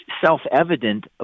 self-evident